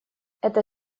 это